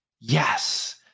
yes